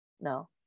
no